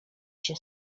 się